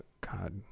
God